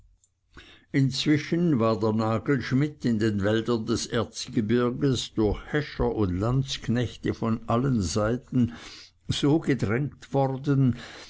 inzwischen war der nagelschmidt in den wäldern des erzgebirgs durch häscher und landsknechte von allen seiten so gedrängt worden